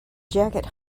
jacket